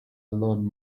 learn